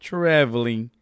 Traveling